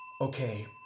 Okay